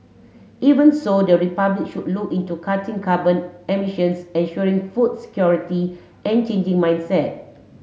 even so the Republic should look into cutting carbon emissions ensuring food security and changing mindset